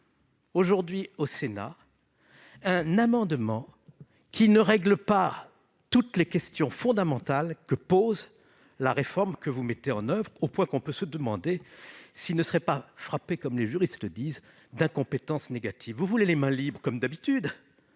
aujourd'hui au Sénat, un amendement qui ne règle pas toutes les questions fondamentales soulevées par la réforme que vous mettez en oeuvre, au point que l'on peut se demander s'il ne serait pas frappé, comme les juristes le disent, d'incompétence négative ? Vous voulez avoir les mains libres, comme d'habitude.